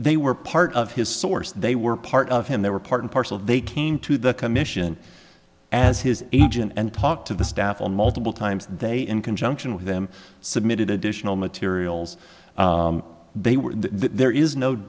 they were part of his source they were part of him they were part and parcel they came to the commission as his agent and talked to the staff on multiple times and they in conjunction with them submitted additional materials they were there is no